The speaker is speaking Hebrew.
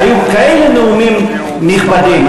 היו כאלה נאומים נכבדים,